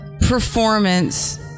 performance